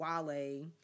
Wale